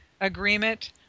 agreement